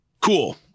Cool